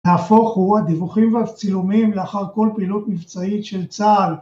נהפוכו הדיווחים והצילומים לאחר כל פעילות מבצעית של צהר